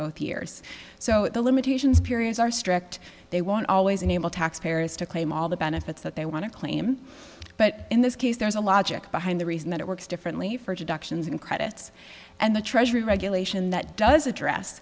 both years so the limitations periods are strict they won't always unable to x paris to claim all the benefits that they want to claim but in this case there is a logic behind the reason that it works differently for deductions and credits and the treasury regulation that does address